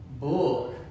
book